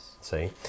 See